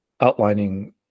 outlining